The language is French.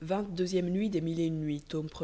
dinarzade avait tant d'impatience